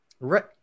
Right